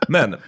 Men